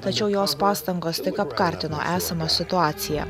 tačiau jos pastangos tik apkartino esamą situaciją